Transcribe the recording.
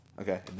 Okay